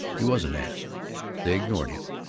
he wasn't asked. they ignored him.